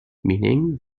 meaning